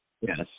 Yes